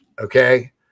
Okay